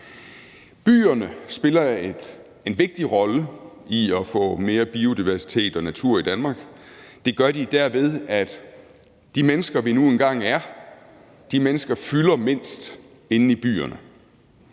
Byerne spiller en vigtig rolle i at få mere biodiversitet og natur i Danmark. Det gør de derved, at de mennesker, vi nu engang er, fylder mindst inde i byerne.